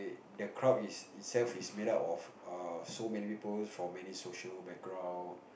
the crowd it itself is made out of err so many people from many social background